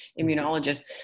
immunologist